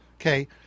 Okay